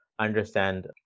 understand